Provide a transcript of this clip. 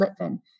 Litvin